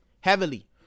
heavily